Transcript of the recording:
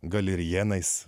gali ir jenais